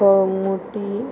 Calangute